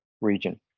region